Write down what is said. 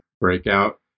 breakout